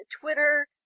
Twitter